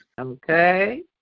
Okay